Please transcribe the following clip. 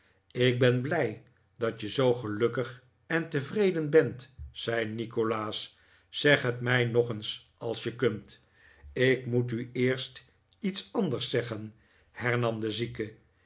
ik ben blij dat je zoo gelukkig en tevreden bent zei nikolaas zeg het mij nog eens als je kunt ik moet u eerst iets anders zeggen hernam de zieke